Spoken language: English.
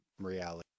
reality